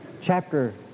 chapter